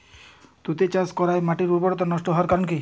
তুতে চাষ করাই মাটির উর্বরতা নষ্ট হওয়ার কারণ কি?